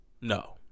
No